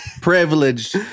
privileged